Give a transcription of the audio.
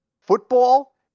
football